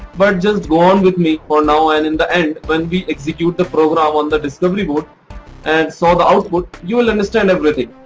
but just go on with me for now and in the end when we execute the program on the discovery board and saw the output you will understand everything.